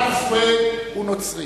חנא סוייד הוא נוצרי